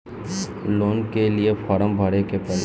Loan के लिए form भरे के पड़ी?